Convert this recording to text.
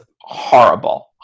horrible